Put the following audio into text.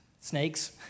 snakes